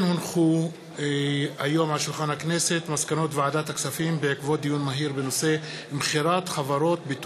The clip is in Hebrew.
מסקנות ועדת הכספים בעקבות דיון בהצעות לסדר-היום של